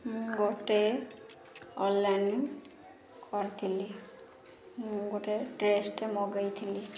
ମୁଁ ଗୋଟେ ଅନ୍ଲାଇନ୍ କରିଥିଲି ମୁଁ ଗୋଟେ ଡ୍ରେସ୍ଟେ ମଗାଇଥିଲି